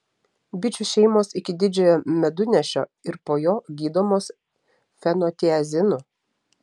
bičių šeimos iki didžiojo medunešio ir po jo gydomos fenotiazinu